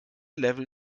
level